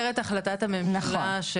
במסגרת החלטת הממשלה,